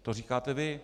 To říkáte vy.